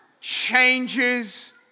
changes